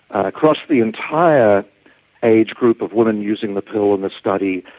across the entire age group of women using the pill in this study,